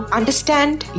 understand